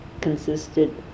consisted